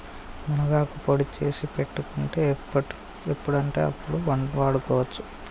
మునగాకు పొడి చేసి పెట్టుకుంటే ఎప్పుడంటే అప్పడు వాడుకోవచ్చు